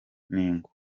n’ingo